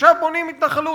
עכשיו בונים התנחלות.